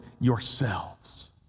yourselves